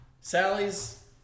Sally's